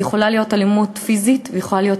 יכולה להיות אלימות פיזית ויכולה להיות